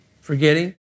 forgetting